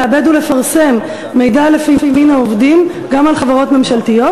לעבד ולפרסם מידע לפי מין העובדים גם על חברות ממשלתיות,